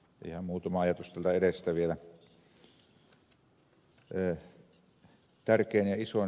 ihan muutama ajatus täältä edestä vielä